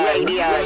Radio